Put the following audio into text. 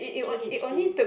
J_H days